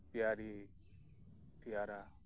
ᱯᱮᱭᱟᱨᱤ ᱯᱮᱭᱟᱨᱟ